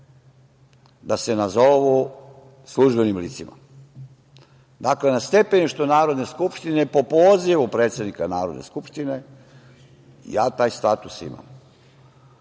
da se nazovu službenim licima. Dakle, na stepeništu Narodne Skupštine, po pozivu predsednika Narodne Skupštine, ja taj status imam.